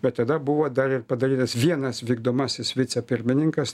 bet tada buvo dar ir padarytas vienas vykdomasis vicepirmininkas